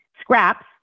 scraps